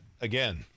Again